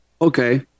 okay